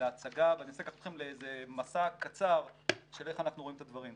להצגה ואני רוצה לקחת אתכם לאיזה מסע קצר של איך אנחנו רואים את הדברים.